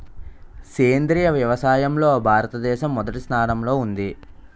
సేంద్రీయ వ్యవసాయంలో భారతదేశం మొదటి స్థానంలో ఉంది